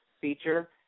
feature